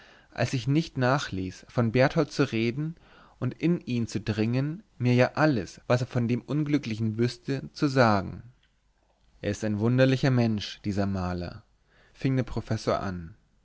als ich nicht nachließ von berthold zu reden und in ihn zu dringen mir ja alles was er von dem unglücklichen wüßte zu sagen es ist ein wunderlicher mensch dieser maler fing der professor an